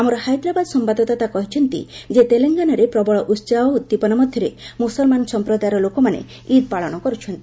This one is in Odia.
ଆମର ହାଇଦ୍ରାବାଦ ସମ୍ଭାଦଦାତା କହିଛନ୍ତି ଯେ ତେଲେଙ୍ଗନାରେ ପ୍ରବଳ ଉତ୍ସାହ ଓ ଉଦ୍ଦିପନା ମଧ୍ୟରେ ମୁସଲମାନ ସମ୍ପ୍ରଦାୟର ଲୋକମାନେ ଇଦ୍ ପାଳନ କରୁଛନ୍ତି